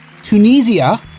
Tunisia